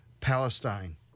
Palestine